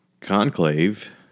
conclave